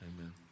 Amen